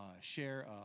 share